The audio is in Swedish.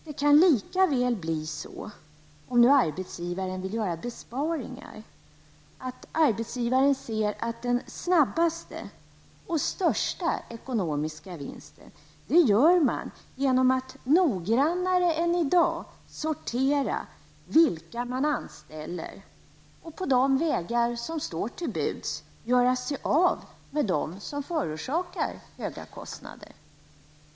Det kan lika väl bli så att arbetsgivarna ser att den snabbaste och största ekonomiska vinsten gör man genom att noggrannare än i dag sortera vilka man anställer och på de vägar som står till buds göra sig av med dem som förorsakar extra kostnader.